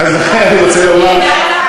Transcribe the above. אז לכן אני רוצה לומר, בסדר.